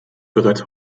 bereits